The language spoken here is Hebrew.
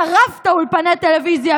טרפת אולפני טלוויזיה,